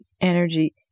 energy